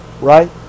right